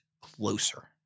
closer